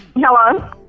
Hello